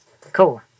Cool